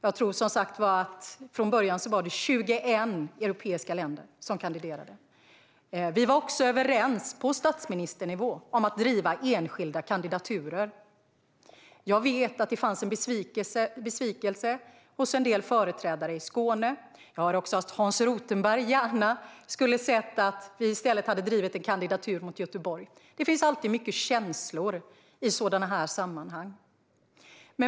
Jag tror, som sagt var, att det från början var 21 europeiska länder som kandiderade. På statsministernivå var vi också överens om att driva enskilda kandidaturer. Jag vet att det fanns en besvikelse hos en del företrädare i Skåne. Jag vet också att Hans Rothenberg gärna skulle ha sett att vi i stället hade drivit en kandidatur för Göteborg. Det finns alltid mycket känslor i sådana här sammanhang.